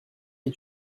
est